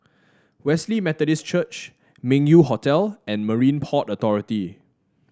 Wesley Methodist Church Meng Yew Hotel and Marine And Port Authority